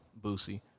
Boosie